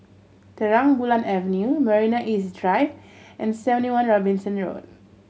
Terang Bulan Avenue Marina East Drive and Seventy One Robinson Road